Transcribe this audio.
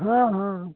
हाँ हाँ